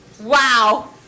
Wow